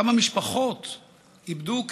כמה משפחות איבדו כסף.